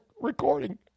recording